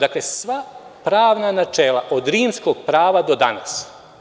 Dakle, sva pravna načela od Rimskog prava do danas.